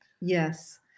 Yes